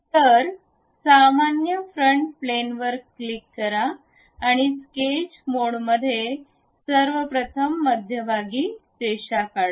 तर सामान्य front plane वर क्लिक करा आणि स्केच मोडमध्ये सर्व प्रथम मध्यभागी रेषा काढा